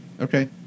Okay